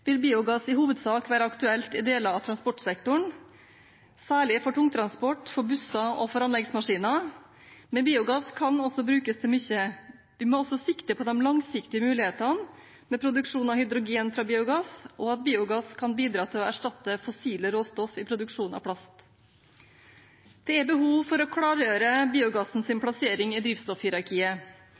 vil biogass i hovedsak være aktuelt i deler av transportsektoren, særlig for tungtransport, for busser og for anleggsmaskiner, men biogass kan også brukes til mye mer. Vi må sikte mot de langsiktige mulighetene, med produksjon av hydrogen fra biogass, og at biogass kan bidra til å erstatte fossile råstoff i produksjon av plast. Det er behov for å klargjøre biogassens plassering i